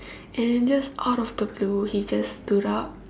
and just out of the blue he just stood up